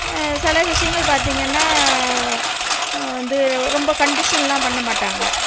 சில விஷயங்கள் பார்த்திங்கன்னா வந்து ரொம்ப கண்டிஷனெலாம் பண்ண மாட்டாங்க